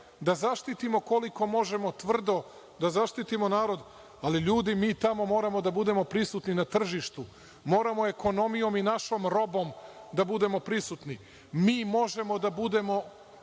Da zaštitimo koliko možemo, tvrdo, da zaštitimo narod, ali ljudi mi tamo moramo da budemo prisutni na tržištu, moramo ekonomijom i našom robom da budemo prisutni, mi možemo da budemo